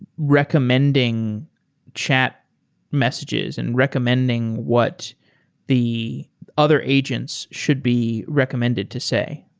recommending chat messages and recommending what the other agents should be recommended to say?